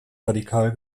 radikal